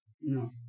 No